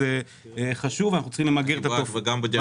וגם בדיעבד.